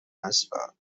نسپار